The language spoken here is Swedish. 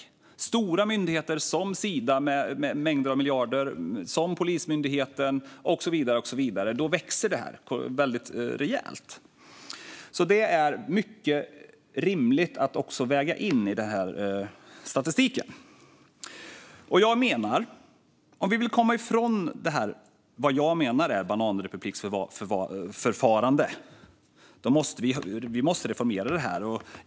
För stora myndigheter som Sida, med mängder av miljarder, Polismyndigheten och så vidare växter detta väldigt rejält. Det är alltså mycket rimligt att väga in också detta i statistiken. Om vi vill komma ifrån detta som jag menar är ett bananrepubliksförfarande måste vi reformera det här.